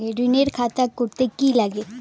ঋণের খাতা করতে কি লাগে?